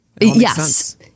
yes